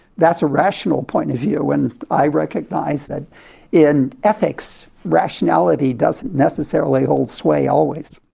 that's a rational point of view, and i recognise that in ethics rationality doesn't necessarily hold sway always.